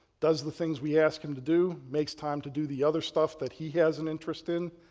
does the things we ask him to do, makes time to do the other stuff that he has an interest in,